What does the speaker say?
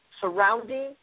surrounding